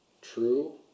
true